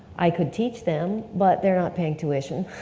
i could teach them, but they're not paying tuition,